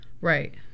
Right